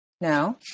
No